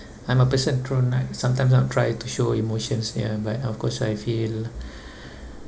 I'm a person throw night sometimes I'm try to show emotions ya but of course I feel